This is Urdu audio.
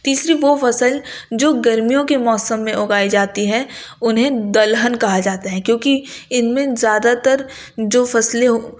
تیسری وہ فصل جو گرمیوں کے موسم میں اگائی جاتی ہے انہیں دلہن کہا جاتا ہے کیوں کہ ان میں زیادہ تر جو فصلیں